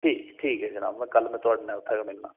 ठीक ऐ ठीक ऐ जनाब में कल थुआढ़े नै उत्थै गै मिलना